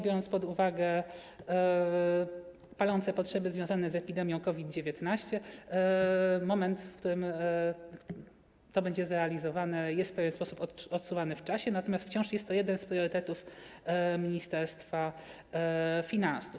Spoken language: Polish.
Biorąc pod uwagę palące potrzeby związane z epidemią COVID-19, moment, w którym to będzie zrealizowane, jest aktualnie w pewien sposób odsuwany w czasie, natomiast wciąż jest to jeden z priorytetów Ministerstwa Finansów.